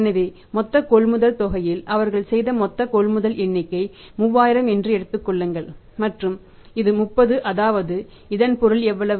எனவே மொத்த கொள்முதல் தொகையில் அவர்கள் செய்த மொத்த கொள்முதல் எண்ணிக்கை 3000 என்று எடுத்துக் கொள்ளுங்கள் மற்றும் இது 30 அதாவது இதன் பொருள் எவ்வளவு